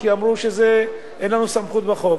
כי אמרו: אין לנו סמכות בחוק.